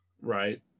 Right